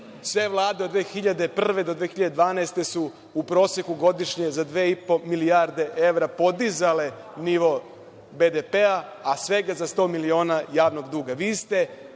sve Vlade, od 2001. do 2012. su u proseku godišnje, za dve i po milijarde evra podizale nivo BDP-a, a svega za 100 miliona javnog duga. Vi